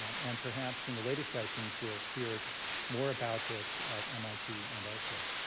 and perhaps in the later sessions, we'll hear more about this at mit and elsewhere.